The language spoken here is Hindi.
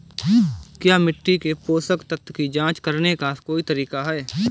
क्या मिट्टी से पोषक तत्व की जांच करने का कोई तरीका है?